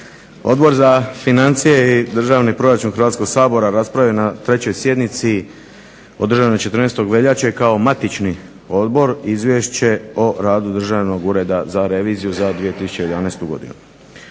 Odbor za financije i državni proračun Hrvatskog sabora raspravio je na trećoj sjednici održanoj 14. veljače kao matični odbor Izvješće o radu Državnog ureda za reviziju za 2011. godinu.